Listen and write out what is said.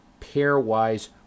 pairwise